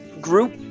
group